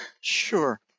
Sure